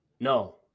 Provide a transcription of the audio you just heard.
No